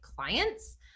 clients